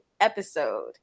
episode